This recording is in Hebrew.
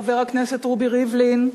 חבר הכנסת רובי ריבלין,